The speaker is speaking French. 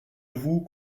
vous